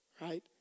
right